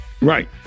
Right